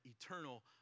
eternal